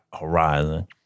Horizon